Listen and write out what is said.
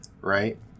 right